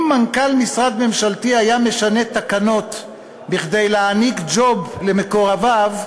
אם מנכ"ל משרד ממשלתי היה משנה תקנות כדי להעניק ג'וב למקורביו,